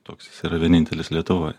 toks jis yra vienintelis lietuvoj